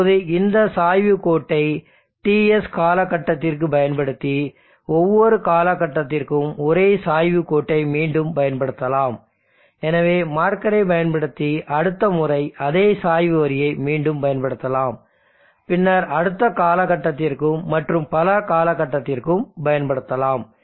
இப்போது இந்த சாய்வு கோட்டை TS காலக்கட்டத்திற்கு பயன்படுத்தி ஒவ்வொரு காலகட்டத்திற்கும் ஒரே சாய்வுக் கோட்டை மீண்டும் பயன்படுத்தலாம் எனவே மார்க்கரைப் பயன்படுத்தி அடுத்த முறை அதே சாய்வு வரியை மீண்டும் பயன்படுத்தலாம் பின்னர் அடுத்த காலகட்டத்திற்கும் மற்றும் பல காலகட்டத்திற்கும் பயன்படுத்தலாம்